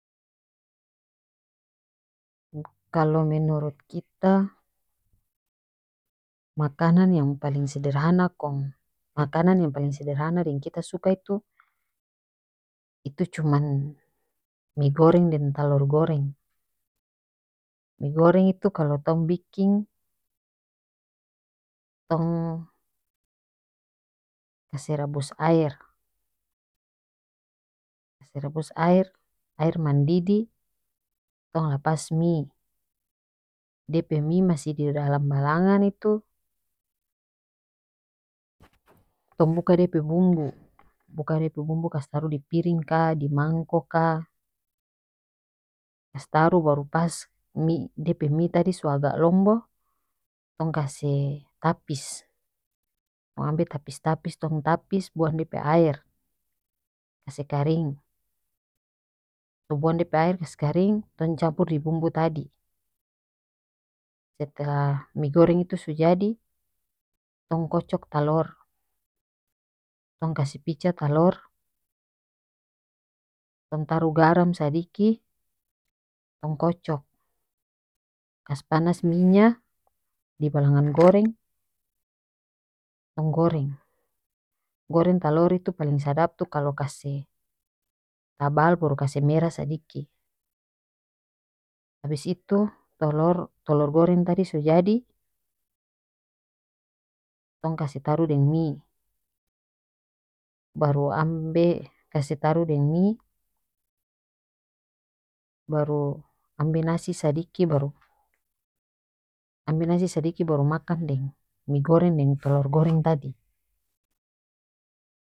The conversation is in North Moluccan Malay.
kalo menurut kita makanan yang paleng sederhana kong makanan yang paleng sederhana deng kita suka itu itu cuman mie goreng deng talor goreng mie goreng itu kalo tong biking tong kase rabus aer kase rabus aer aer mandidih tong lapas mie dia pe mie masih di dalam balangan itu tong buka dia pe bumbu buka dia pe bumbu kas taru di piring ka di mangko ka kas taru baru pas mie dia pe mie tadi so agak lombo tong kase tapis tong ambe tapis tapis tong tapis buang dia pe aer kase karing so buang dia pe aer kas karing tong campur di bumbu tadi setelah mie goreng itu so jadi tong kocok talor tong kas picah talor tong taru garam sadiki tong kocok kas panas minya di balangan goreng tong goreng goreng talor itu paling sadap itu kalo kase tabal baru kase merah sadiki abis itu tolor tolor goreng tadi so jadi tong kase taruh deng mie baru ambe kase taruh deng mie baru ambe nasi sadiki baru ambe nasi sadiki baru makang deng mie goreng deng tolor goreng tadi.